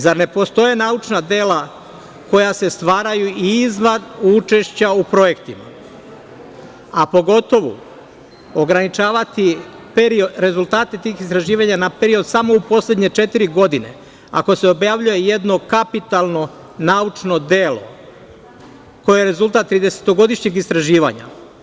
Zar ne postoje naučna dela koja se stvaraju i iznad učešća u projektima, a pogotovo ograničavati rezultate tih istraživanja na period samo u poslednje četiri godine ako se objavljuje jedno kapitalno naučno delo koje je rezultat tridesetogodišnjeg istraživanja?